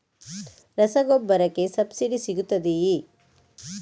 ರಸಗೊಬ್ಬರಕ್ಕೆ ಸಬ್ಸಿಡಿ ಸಿಗುತ್ತದೆಯೇ?